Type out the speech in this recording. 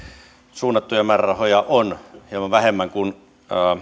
suunnattuja määrärahoja on hieman vähemmän kuin